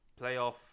playoff